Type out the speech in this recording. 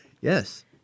Yes